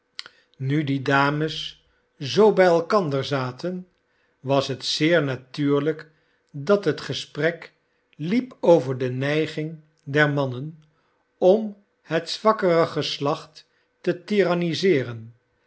nu die dames zoo bij elkander zaten was het zeer natuurlijk dat het gesprek liep over de neiging der manneri om het zwakkere geslacht te